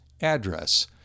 address